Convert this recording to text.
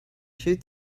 shoot